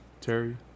Terry